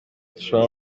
dushobora